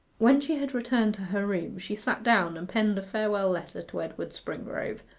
when she had returned to her room she sat down and penned a farewell letter to edward springrove,